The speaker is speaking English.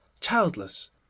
childless